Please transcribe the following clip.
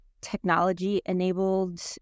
technology-enabled